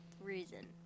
reason